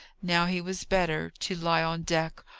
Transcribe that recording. now he was better, to lie on deck,